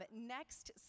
next